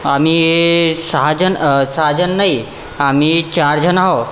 आम्ही सहा जण सहा जण नाही आम्ही चार जण आहो